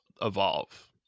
evolve